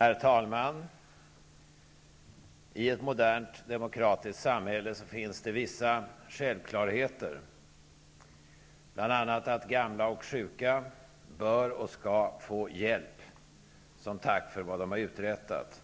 Herr talman! I ett modernt demokratiskt samhälle finns vissa självklarheter, bl.a. att gamla och sjuka bör och skall få hjälp som tack för vad de har uträttat.